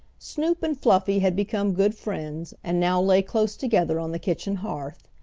snoop and fluffy had become good friends, and now lay close together on the kitchen hearth.